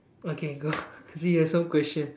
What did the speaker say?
okay go yourself question